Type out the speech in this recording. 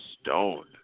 stone